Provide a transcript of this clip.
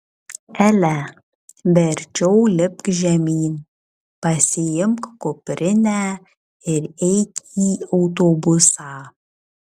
ele verčiau lipk žemyn pasiimk kuprinę ir eik į autobusą